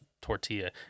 tortilla